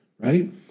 right